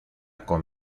con